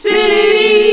City